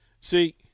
See